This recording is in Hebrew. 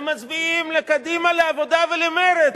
הם מצביעים לקדימה, לעבודה ולמרצ.